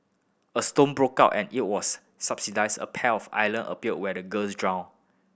a storm broke out and it was a pair of island appeared where the girls drowned